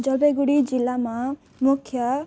जलपाइगुडी जिल्लामा मुख्य